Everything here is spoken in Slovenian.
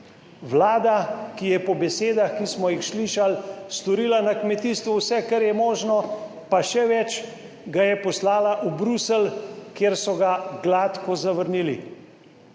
Vlada, ki je po besedah, ki smo jih slišali, storila na kmetijstvu vse, kar je možno, pa še več, ga je poslala v Bruselj, kjer so ga gladko zavrnili.